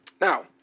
Now